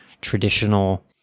traditional